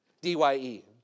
D-Y-E